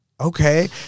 okay